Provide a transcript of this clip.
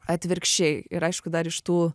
atvirkščiai ir aišku dar iš tų